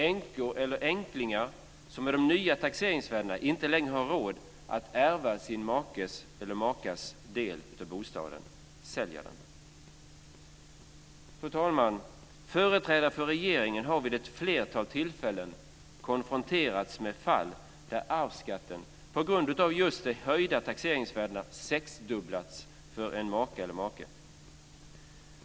Änkor eller änklingar har med de nya taxeringsvärdena inte längre råd att ärva sin makes eller makas del av bostaden utan måste sälja den. Fru talman! Företrädare för regeringen har vid ett flertal tillfällen konfronterats med fall där arvsskatten på grund av just de höjda taxeringsvärdena sexdubblats för en maka eller make.